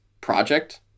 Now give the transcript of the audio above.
project